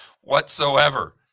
whatsoever